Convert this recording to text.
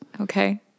Okay